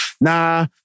nah